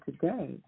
today